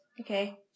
Okay